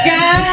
God